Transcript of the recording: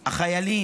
החיילים,